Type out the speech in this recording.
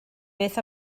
beth